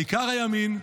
העיקר הימין,